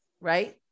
Right